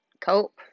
cope